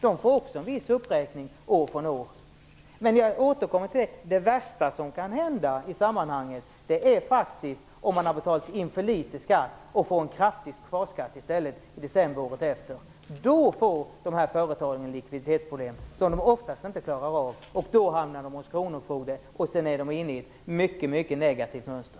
De får också en viss uppräkning år för år. Men det värsta som kan hända i sammanhanget är faktiskt om man har betalt in för litet skatt och får en kraftig kvarskatt i december året efter. Då får dessa företag likviditetsproblem som de oftast inte klarar av, och då hamnar de hos kronofogden. Sedan är de inne i ett mycket negativt mönster.